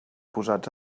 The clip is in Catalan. posats